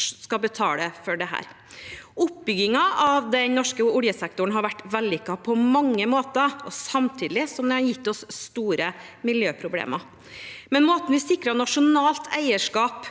Oppbyggingen av den norske oljesektoren har vært vellykket på mange måter, samtidig som den har gitt oss store miljøproblemer, men måten vi sikret nasjonalt eierskap